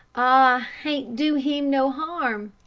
ah hain't do heem no harm,